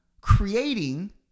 creating